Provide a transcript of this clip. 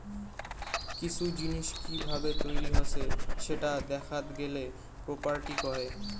কিসু জিনিস কি ভাবে তৈরী হসে সেটা দেখাত গেলে প্রপার্টি কহে